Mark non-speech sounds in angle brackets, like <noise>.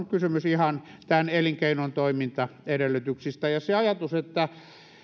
<unintelligible> kysymys ihan tämän elinkeinon toimintaedellytyksistä se ajatus että